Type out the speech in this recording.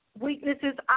weaknesses